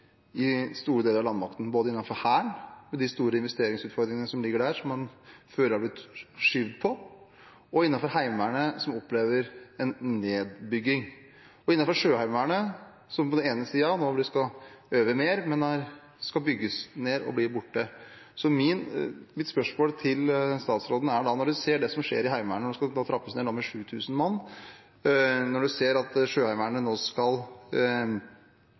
i store deler av landmakten, både innenfor Hæren, med de store investeringsutfordringene som ligger der, og som før er blitt skjøvet på, innenfor Heimevernet som opplever en nedbygging, og innenfor Sjøheimevernet, som på den ene siden skal øve mer, men som skal bygges ned og bli borte. Mitt spørsmål til statsråden er da: Når hun ser det som skjer i Heimevernet, som skal trappes ned med 7 000 mann, når hun ser at Sjøheimevernet skal